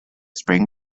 spring